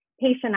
patient